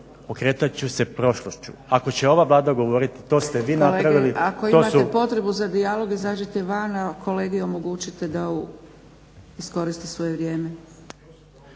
okretat ću se prošlošću. Ako će ova Vlada govoriti to ste vi. **Zgrebec, Dragica (SDP)** Kolege ako imate potrebu za dijalog izađite van a kolegi omogućite da iskoristi svoje vrijeme.